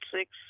six